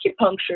Acupuncture